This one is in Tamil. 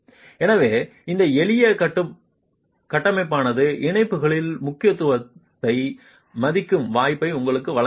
எனவே இந்த எளிய கட்டமைப்பானது இணைப்புகளின் முக்கியத்துவத்தை மதிக்கும் வாய்ப்பை உங்களுக்கு வழங்குகிறது